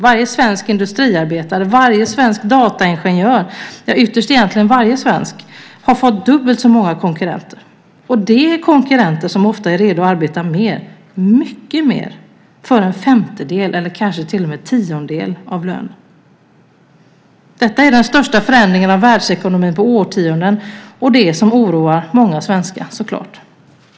Varje svensk industriarbetare, varje svensk dataingenjör, ja, ytterst egentligen varje svensk har fått dubbelt så många konkurrenter. Och det är konkurrenter som ofta är redo att arbeta mer, mycket mer, för en femtedel eller kanske till och med en tiondel av lönen. Detta är den största förändringen av världsekonomin på årtionden och det som oroar många svenskar, så klart.